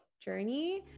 journey